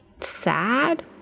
sad